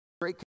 Great